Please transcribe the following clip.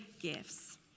gifts